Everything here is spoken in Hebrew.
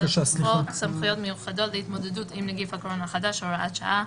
לחוק סמכויות מיוחדות להתמודדות עם נגיף הקורונה החדש (הוראת שעה),